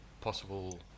possible